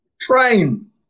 train